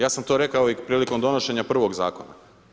Ja sam to rekao i prilikom donošenja prvog Zakona.